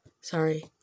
Sorry